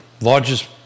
Largest